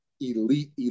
elite